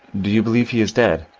do you believe he is dead?